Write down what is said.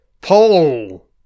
Pull